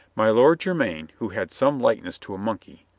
my lord jermyn, who had some likeness to a monkey,